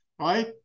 Right